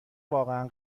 واقعا